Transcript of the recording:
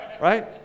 right